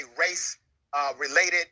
race-related